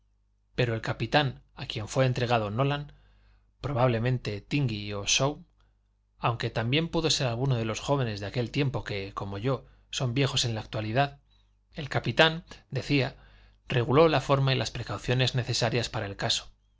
pero el capitán a quien fué entregado nolan probablemente tíngey o shaw aunque también pudo ser alguno de los jóvenes de aquel tiempo que como yo son viejos en la actualidad el capitán decía reguló la forma y las precauciones necesarias para el caso